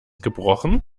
gebrochen